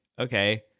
okay